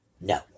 No